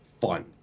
fun